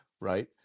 right